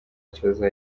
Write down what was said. kibazo